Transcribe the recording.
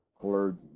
Clergy